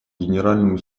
генеральному